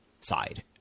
side